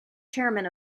chairman